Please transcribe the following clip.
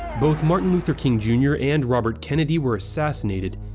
both martin luther king, jr and robert kennedy were assassinated,